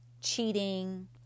cheating